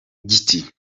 giti